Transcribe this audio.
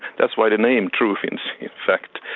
that's why they're named true finns, in fact.